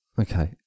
Okay